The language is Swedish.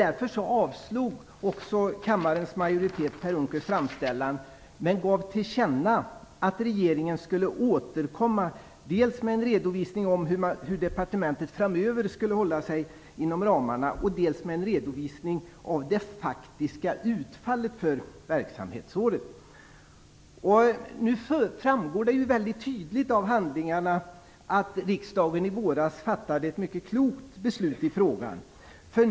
Därför avslog också kammarens majoritet Per Unckels framställan, men gav till känna att regeringen skulle återkomma dels med en redovisning av hur departementet framöver skulle hålla sig inom ramarna, dels med en redovisning av det faktiska utfallet för verksamhetsåret. Det framgår väldigt tydligt av handlingarna att riksdagen i våras fattade ett mycket klokt beslut i frågan.